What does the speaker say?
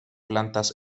plantas